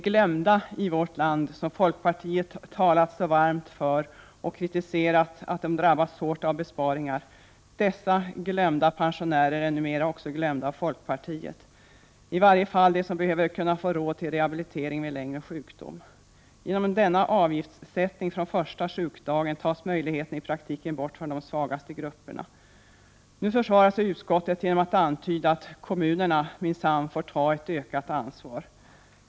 Folkpartiet talat varmt för de glömda i vårt land och kritiserar att de drabbas hårt av besparingar. Dessa glömda pensionärer är numera glömda också av folkpartiet — i varje fall de som behöver kunna få råd till rehabilitering vid längre tids sjukdom. Genom avgiftssättning från första sjukdagen tas den möjligheten i praktiken bort för de svagaste grupperna. Nu försvarar sig utskottet genom att antyda att kommunerna minsann får ta ett ökat ansvar.